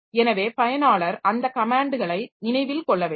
எனவே பயனாளர் அந்த கமேன்ட்களை நினைவில் கொள்ள வேண்டும்